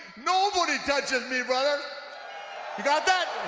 nobody touches me brother. you got that?